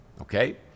Okay